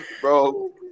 bro